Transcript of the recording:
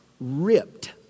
ripped